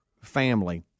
family